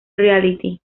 reality